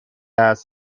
است